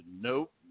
Nope